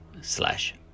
slash